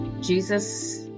Jesus